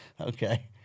Okay